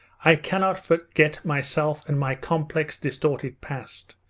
i cannot forget myself and my complex, distorted past,